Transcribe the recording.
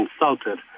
insulted